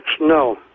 no